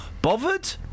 bothered